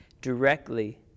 directly